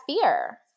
fear